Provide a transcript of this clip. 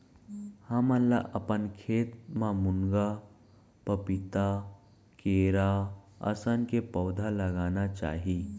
हमन ल अपन खेत म मुनगा, पपीता, केरा असन के पउधा लगाना चाही